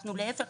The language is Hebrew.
להפך,